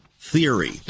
Theory